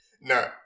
no